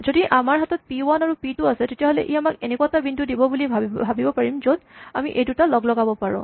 যদি আমাৰ হাতত পি ৱান আৰু পি টু আছে তেতিয়াহ'লে ই আমাক এনেকুৱা এটা বিন্দু দিব বুলি ভাৱিম যে য'ত আমি এই দুইটা লগলগাব পাৰোঁ